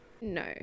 No